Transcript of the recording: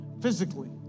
physically